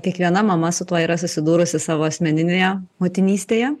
kiekviena mama su tuo yra susidūrusi savo asmeninėje motinystėje